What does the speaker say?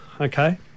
okay